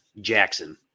Jackson